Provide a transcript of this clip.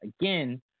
again